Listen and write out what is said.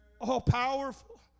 all-powerful